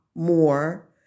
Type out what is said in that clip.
more